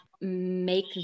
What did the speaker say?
make